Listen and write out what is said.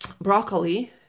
broccoli